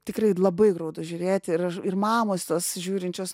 tikrai labai graudu žiūrėti ir ir mamos tos žiūrinčios